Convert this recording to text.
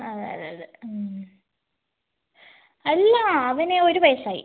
അതെ അതെ അതെ അല്ലാ അവന് ഒരു വയസ്സായി